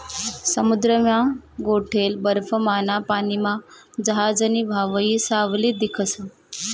समुद्रमा गोठेल बर्फमाना पानीमा जहाजनी व्हावयी सावली दिखस